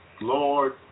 Lord